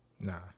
Nah